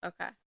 Okay